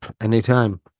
Anytime